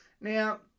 Now